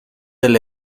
del